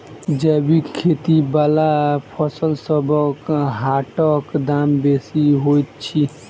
जैबिक खेती बला फसलसबक हाटक दाम बेसी होइत छी